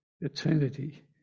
eternity